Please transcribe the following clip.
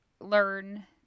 learn